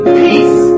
peace